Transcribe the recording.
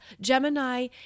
Gemini